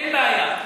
אין בעיה.